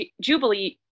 Jubilee